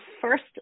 first